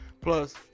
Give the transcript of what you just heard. Plus